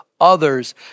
others